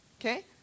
okay